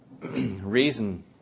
reason